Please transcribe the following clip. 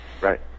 Right